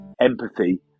empathy